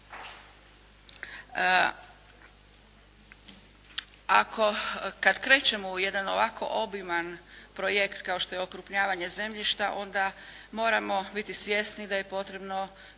Kad krećemo u jedan ovako obiman projekt kao što je okrupnjavanje zemljišta, onda moramo biti svjesni da je potrebno